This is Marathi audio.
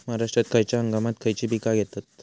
महाराष्ट्रात खयच्या हंगामांत खयची पीका घेतत?